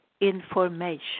information